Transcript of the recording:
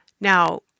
Now